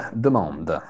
demande